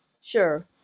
Sure